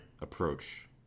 approach